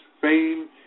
fame